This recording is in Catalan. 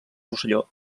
rosselló